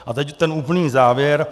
A teď ten úplný závěr.